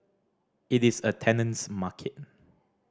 it is a tenant's market